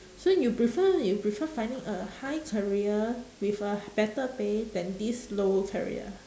so you prefer you prefer finding a high career with a better pay than this low career